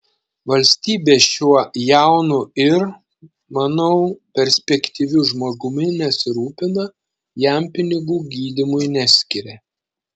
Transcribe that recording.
valstybė šiuo jaunu ir manau perspektyviu žmogumi nesirūpina jam pinigų gydymui neskiria